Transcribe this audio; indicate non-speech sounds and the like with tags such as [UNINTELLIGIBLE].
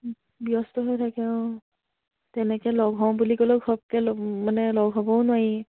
[UNINTELLIGIBLE] ব্যস্ত হৈ থাকে অঁ তেনেকে লগ হওঁ বুলি ক'লেও [UNINTELLIGIBLE] মানে লগ হ'বও নোৱাৰি